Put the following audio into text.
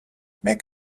make